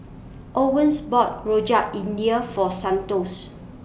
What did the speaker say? Owens bought Rojak India For Santos